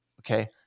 Okay